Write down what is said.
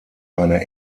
eine